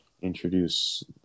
introduce